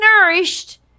nourished